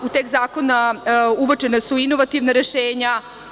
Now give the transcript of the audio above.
U tekst zakona ubačena su inovativna rešenja.